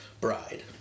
bride